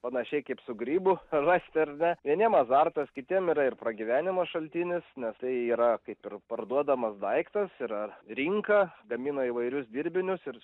panašiai kaip su grybu rasti ar ne vieniem azartas kitiems yra ir pragyvenimo šaltinis nes tai yra kaip ir parduodamas daiktas yra rinka gamina įvairius dirbinius ir